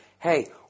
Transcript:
Hey